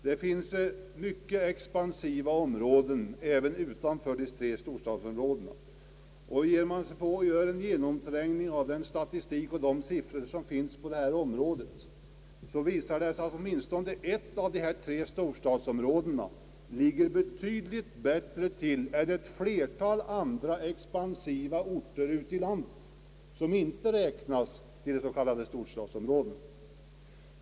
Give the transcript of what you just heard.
Det finns mycket expansiva områden även utanför de tre storstadsområdena, och om man genomtränger den statistik och de siffror som finns på det här området, visar det sig att åtminstone ett av de tre storstadsområdena ligger betydligt bättre till än ett flertal andra expansiva orter ute i landet.